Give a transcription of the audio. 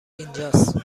اینجاست